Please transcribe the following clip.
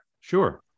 Sure